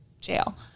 jail